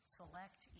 select